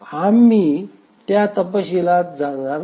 आम्ही त्या तपशीलात जाणार नाही